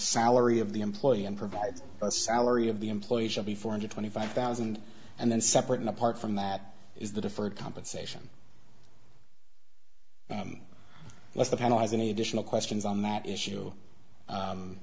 salary of the employee and provides a salary of the employees of the four hundred twenty five thousand and then separate and apart from that is the deferred compensation lets the penalize an additional questions on that issue